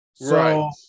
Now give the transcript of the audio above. right